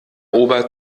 ober